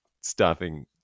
stopping